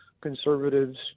conservatives